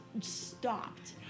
stopped